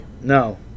No